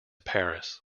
paris